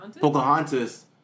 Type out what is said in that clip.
Pocahontas